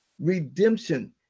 Redemption